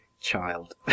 child